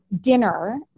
dinner